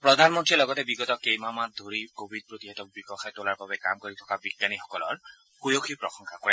প্ৰধানমন্ত্ৰীয়ে লগতে বিগত কেইবামাহ ধৰি কোৱিড প্ৰতিষেধ বিকশাই তোলাৰ বাবে কাম কৰি থকা বিজ্ঞানীসকলৰ ভূয়সী প্ৰশংসা কৰে